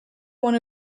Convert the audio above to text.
one